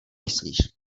myslíš